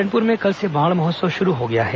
नारायणपुर में कल से माड़ महोत्सव शुरू हो गया है